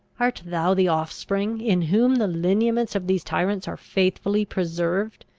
art thou the offspring, in whom the lineaments of these tyrants are faithfully preserved?